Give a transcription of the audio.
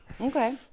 Okay